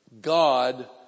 God